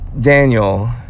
daniel